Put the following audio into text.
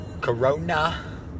Corona